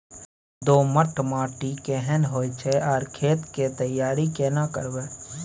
दोमट माटी केहन होय छै आर खेत के तैयारी केना करबै?